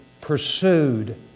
pursued